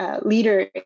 Leader